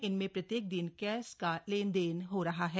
इनमें प्रत्येक दिन कैश का लेन देन हो रहा है